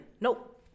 nope